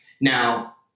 now